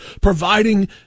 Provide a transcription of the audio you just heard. providing